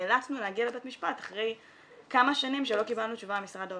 נאלצנו להגיע לבית משפט אחרי כמה שנים שלא קיבלנו תשובה ממשרד האוצר.